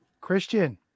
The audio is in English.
Christian